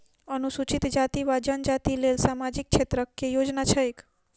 अनुसूचित जाति वा जनजाति लेल सामाजिक क्षेत्रक केँ योजना छैक?